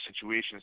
situations